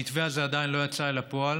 המתווה הזה עדיין לא יצא אל הפועל